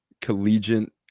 collegiate